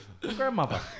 grandmother